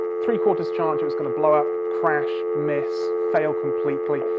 three-quarters chance it was going to blow up, crash, miss, fail completely.